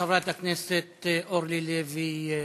חברת הכנסת אורלי לוי אבקסיס.